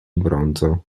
bronzo